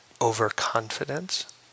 overconfidence